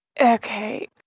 Okay